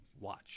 watch